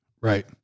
Right